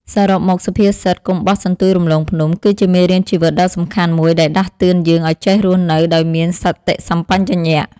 សរុបមកសុភាសិត កុំបោះសន្ទូចរំលងភ្នំ គឺជាមេរៀនជីវិតដ៏សំខាន់មួយដែលដាស់តឿនយើងឲ្យចេះរស់នៅដោយមានសតិសម្បជញ្ញៈ។